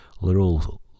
little